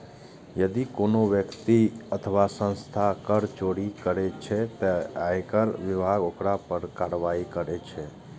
यदि कोनो व्यक्ति अथवा संस्था कर चोरी करै छै, ते आयकर विभाग ओकरा पर कार्रवाई करै छै